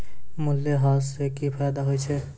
मूल्यह्रास से कि फायदा होय छै?